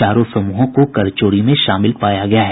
चारों समूहों को कर चोरी में शामिल पाया गया है